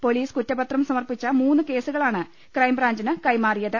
police കുറ്റപത്രം സമർപ്പിച്ച മൂന്നു കേസുകളാണ് ക്രൈംബ്രാഞ്ചിന് കൈമാറിയത്